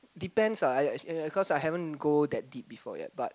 depends ah I actua~ because I haven't go that deep before yet but